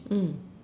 mm